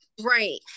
right